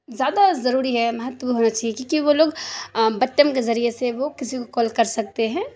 زیادہ ضروری ہے مہتو ہونا چاہیے کیونکہ وہ لوگ بٹم کے ذریعے سے وہ کسی کو کال کر سکتے ہیں